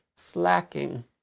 slacking